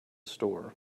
store